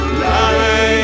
Life